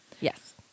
Yes